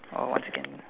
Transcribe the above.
oh one second